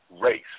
race